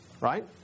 Right